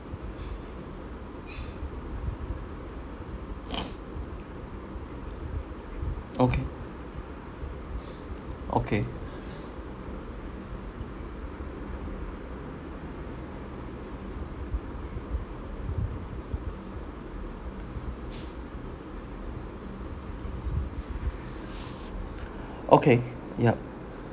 okay okay okay ya